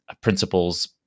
principles